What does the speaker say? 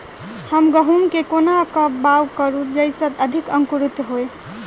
हम गहूम केँ कोना कऽ बाउग करू जयस अधिक अंकुरित होइ?